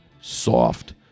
soft